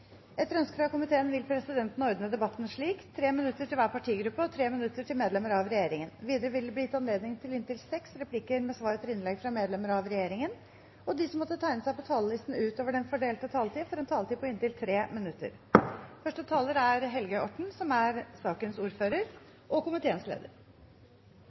vil presidenten ordne debatten slik: 3 minutter til hver partigruppe og 3 minutter til medlemmer av regjeringen. Videre vil det bli gitt anledning til inntil seks replikker med svar etter innlegg fra medlemmer av regjeringen, og de som måtte tegne seg på talerlisten utover den fordelte taletid, får også en taletid på inntil 3 minutter.